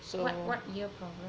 so what what ear problem